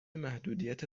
محدودیت